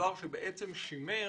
דבר ששימר